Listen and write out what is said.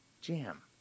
jam